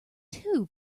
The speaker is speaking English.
too